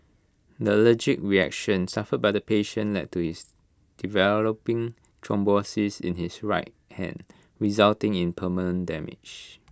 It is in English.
the allergic reaction suffered by the patient led to his developing thrombosis in his right hand resulting in permanent damage